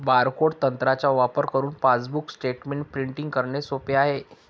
barcode तंत्राचा वापर करुन पासबुक स्टेटमेंट प्रिंटिंग करणे सोप आहे